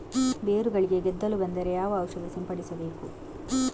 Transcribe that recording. ಬೇರುಗಳಿಗೆ ಗೆದ್ದಲು ಬಂದರೆ ಯಾವ ಔಷಧ ಸಿಂಪಡಿಸಬೇಕು?